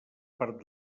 part